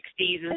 60s